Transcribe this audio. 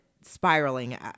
spiraling